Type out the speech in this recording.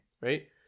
Right